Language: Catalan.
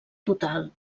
total